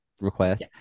request